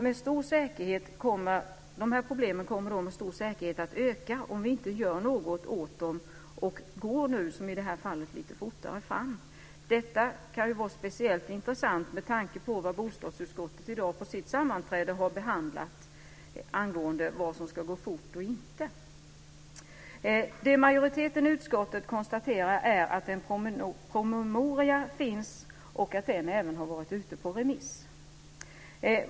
Dessa problem kommer med stor säkerhet att öka om vi inte gör något och går, som i detta fall, lite fortare fram. Detta kan vara speciellt intressant med tanke på vad bostadsutskottet diskuterade på sitt sammanträde i dag angående vad som ska gå fort och vad som inte ska gå fort. Det majoriteten i utskottet konstaterar är att en promemoria finns och att den även har varit ute på remiss.